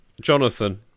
Jonathan